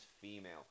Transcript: female